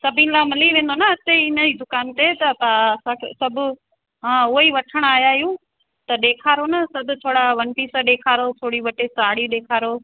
सभिनि लाइ मिली वेंदो न इते ई इन ई दुकान ते त असां सभु हा उहो ई वठणु आया आहियूं त ॾेखारो न सभ थोरा वन पीस ॾेखारो थोरी ॿ टे साड़ियूं ॾेखारो